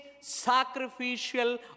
sacrificial